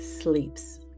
sleeps